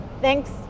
thanks